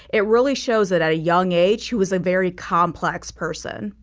it really shows that at a young age who was a very complex person.